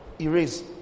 Erase